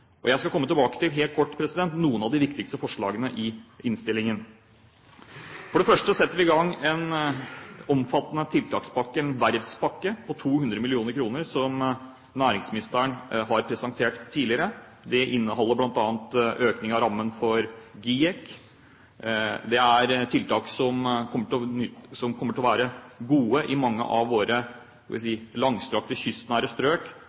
næringspolitikk. Jeg skal helt kort komme tilbake til noen av de viktigste forslagene i innstillingen. For det første: Vi setter i gang en omfattende tiltakspakke, en verftspakke, på 200 mill. kr, som næringsministeren har presentert tidligere. Den inneholder bl.a. økning av rammen for GIEK. Det er tiltak som kommer til å være gode i mange av våre langstrakte, kystnære strøk,